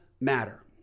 matter